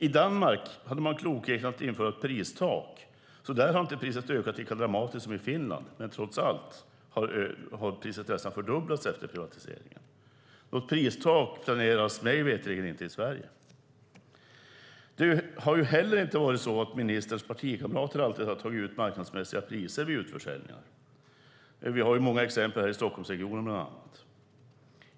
I Danmark hade man klokheten att införa ett pristak, så där har priset inte ökat lika dramatiskt som i Finland. Priset har dock nästan fördubblats efter privatiseringen. Något pristak planeras mig veterligen inte i Sverige. Det har heller inte varit så att ministerns partikamrater alltid har tagit ut marknadsmässiga priser vid utförsäljningar. Vi har många exempel bland annat i Stockholmsregionen.